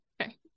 Okay